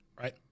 right